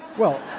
well,